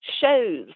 shows